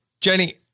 Jenny